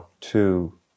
two